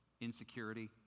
insecurity